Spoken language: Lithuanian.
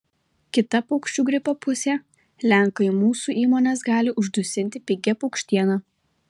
kita paukščių gripo pusė lenkai mūsų įmones gali uždusinti pigia paukštiena